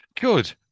Good